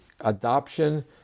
adoption